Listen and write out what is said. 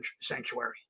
sanctuary